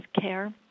care